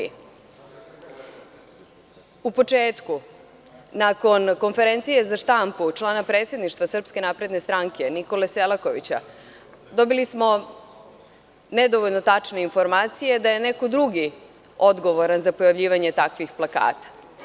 U početku, nakon konferencije za štampu člana predsedništva SNS, Nikole Selakovića, dobili smo nedovoljno tačne informacije da je neko drugi odgovoran za pojavljivanje takvih plakata.